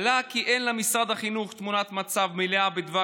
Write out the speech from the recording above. אין למשרד החינוך תמונת מצב מלאה בדבר